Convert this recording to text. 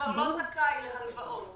שכבר לא זכאי להלוואות